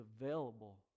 available